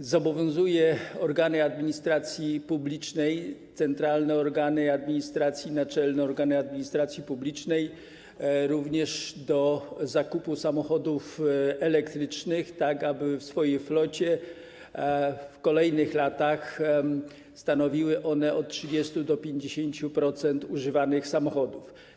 zobowiązuje organy administracji publicznej, centralne organy administracji, również naczelne organy administracji publicznej do zakupu samochodów elektrycznych, tak aby w ich flocie w kolejnych latach stanowiły one od 30% do 50% używanych samochodów.